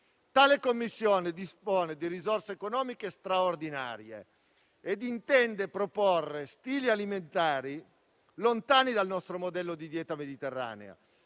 Tale commissione dispone di risorse economiche straordinarie ed intende proporre stili alimentari lontani dal nostro modello di dieta mediterranea,